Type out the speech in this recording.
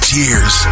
years